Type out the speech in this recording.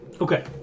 Okay